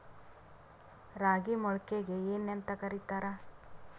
ರಾಗಿ ಮೊಳಕೆಗೆ ಏನ್ಯಾಂತ ಕರಿತಾರ?